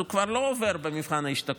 אז הוא כבר לא עובר את מבחן ההשתקעות.